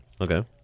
Okay